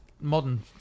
modern